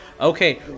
Okay